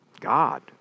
God